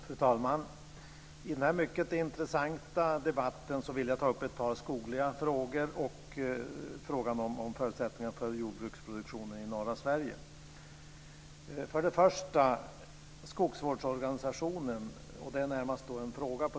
Fru talman! I den här mycket intressanta debatten vill jag ta upp ett par skogliga frågor och frågan om förutsättningarna för jordbruksproduktionen i norra För det första gäller det skogsvårdsorganisationen, och där har jag en fråga.